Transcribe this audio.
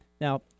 Now